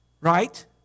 right